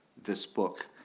this book.